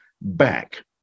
back